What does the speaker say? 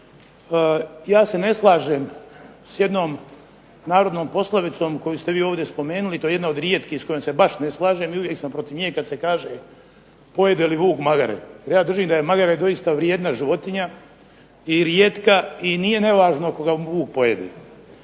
ja se ne slažem s jednom narodnom poslovicom koju ste vi ovdje spomenuli, to je jedna od rijetkih s kojom se baš ne slažem i uvijek sam protiv nje kad pojede vuk magare. Jer ja držim da je magare doista vrijedna životinja i rijetka i nije nevažno ako ga vuk pojede.